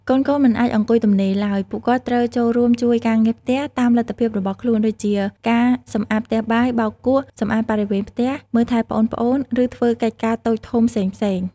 កូនៗមិនអាចអង្គុយទំនេរឡើយ ពួកគាត់ត្រូវ ចូលរួមជួយការងារផ្ទះ តាមលទ្ធភាពរបស់ខ្លួន ដូចជាការសម្អាតផ្ទះបាយ បោកគក់ សម្អាតបរិវេណផ្ទះ មើលថែប្អូនៗ ឬធ្វើកិច្ចការតូចធំផ្សេងៗ។